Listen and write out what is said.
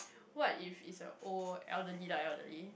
what if is a old elderly lah elderly